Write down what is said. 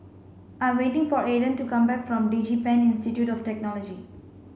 I'm waiting for Aedan to come back from DigiPen Institute of Technology